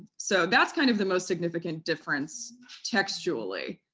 so that's kind of the most significant difference textually.